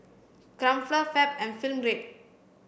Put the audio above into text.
Crumpler Fab and Film Grade